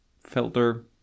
filter